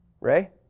Ray